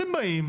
אתם באים,